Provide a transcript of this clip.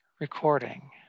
recording